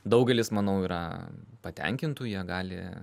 daugelis manau yra patenkintų jie gali